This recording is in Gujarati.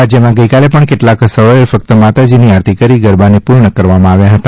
રાજથમાં ગઇકાલે પણ કેટલાક સ્થળોએ ફકત માતાજીની આરતી કરી ગરબાને પૂર્ણ કરવામાં આવ્યા હતા